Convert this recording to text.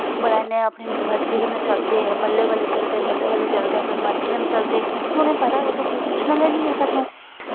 बड़ा इ'यां अपनी मर्जी कन्नै चलदे बल्लें बल्लें चलदे बल्लें बल्लें चलदे अपनी मर्जी नै चलदे क्योंकि उ'नें पता ऐ इ'त्थें कोई पुच्छने आह्ला निं ऐ सानूं